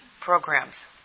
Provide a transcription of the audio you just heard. programs